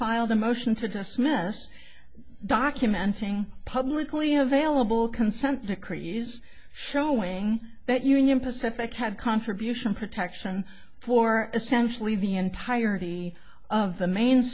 filed a motion to dismiss documenting publicly available consent decrees showing that union pacific had contribution protection for essentially the entirety of the main